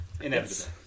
Inevitable